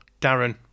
darren